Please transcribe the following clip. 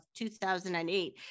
2008